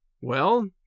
Well